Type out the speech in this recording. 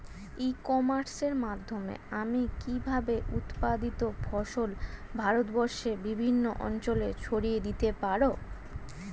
ই কমার্সের মাধ্যমে আমি কিভাবে উৎপাদিত ফসল ভারতবর্ষে বিভিন্ন অঞ্চলে ছড়িয়ে দিতে পারো?